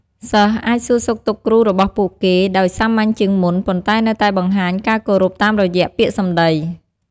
សិស្សអាចសួរសុខទុក្ខគ្រូរបស់ពួកគេដោយសាមញ្ញជាងមុន ប៉ុន្តែនៅតែបង្ហាញការគោរពតាមរយៈពាក្យសម្តី។